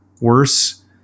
worse